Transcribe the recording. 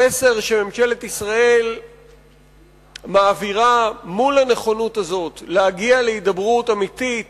המסר שממשלת ישראל מעבירה מול הנכונות הזאת להגיע להידברות אמיתית